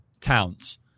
towns